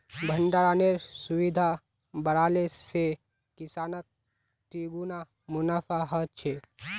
भण्डरानेर सुविधा बढ़ाले से किसानक तिगुना मुनाफा ह छे